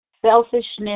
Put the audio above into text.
Selfishness